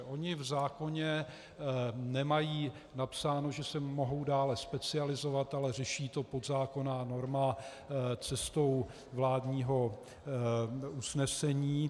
Ony v zákoně nemají napsáno, že se mohou dále specializovat, ale řeší to podzákonná norma cestou vládního usnesení.